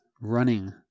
running